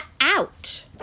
out